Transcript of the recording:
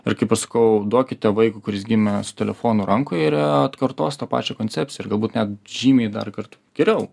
ir kaip aš sakau duokite vaikui kuris gimė su telefonu rankoje ir atkartos tą pačią koncepciją galbūt net žymiai darkart geriau